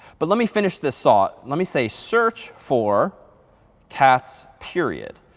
but let me finish this thought. let me say search for cats period.